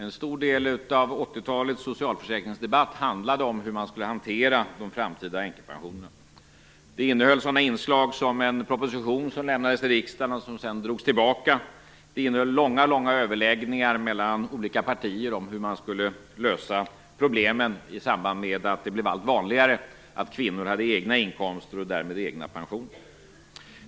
En stor del av 1980-talets socialförsäkringsdebatt handlade om hur man skulle hantera de framtida änkepensionerna. Det innehöll sådana inslag som en proposition som lämnades till riksdagen och som sedan drogs tillbaka. Det innehöll också långa överläggningar mellan olika partier om hur man skulle lösa problemen i samband med att det blev allt vanligare att kvinnor hade egna inkomster och därmed egna pensioner.